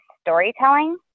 storytelling